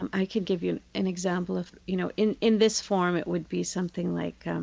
and i could give you an example of, you know, in in this form, it would be something like,